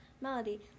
Melody